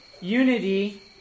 Unity